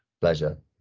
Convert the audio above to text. Pleasure